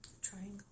Triangle